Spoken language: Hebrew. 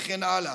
וכן הלאה.